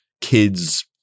kids